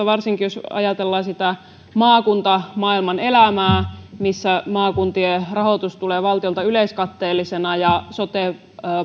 varsinkin jos ajatellaan sitä maakuntamaailman elämää missä maakuntien rahoitus tulee valtiolta yleiskatteellisena ja sote